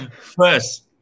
First